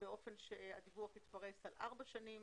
באופן שהדיווח יתפרש על 4 שנים.